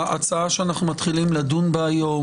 ההצעה שאנחנו מתחילים לדון בה היום,